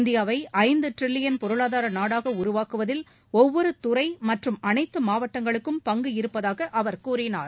இந்தியாவை ஐந்து டிரில்லியன் பொருளாதார நாடாக உருவாக்குவதில் ஒவ்வொரு துறை மற்றும் அனைத்து மாவட்டங்களுக்கும் பங்கு இருப்பதாக அவர் கூறினார்